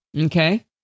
okay